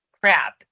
crap